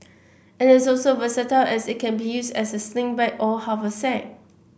it is also versatile as it can be used as a sling bag or haversack